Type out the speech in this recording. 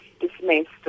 dismissed